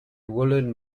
woollen